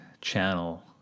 channel